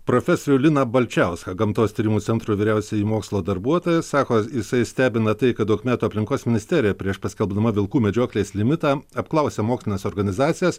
profesorių liną balčiauską gamtos tyrimų centro vyriausiąjį mokslo darbuotoją sako jisai stebina tai kad daug metų aplinkos ministerija prieš paskelbdama vilkų medžioklės limitą apklausia mokslines organizacijas